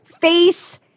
Face